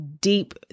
deep